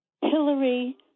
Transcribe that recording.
Hillary